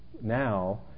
now